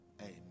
Amen